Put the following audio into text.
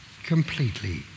Completely